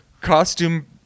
costume